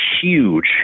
huge